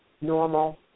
normal